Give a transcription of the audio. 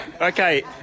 Okay